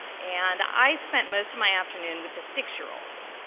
and i spent most of my afternoon with the six-year-olds.